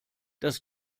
das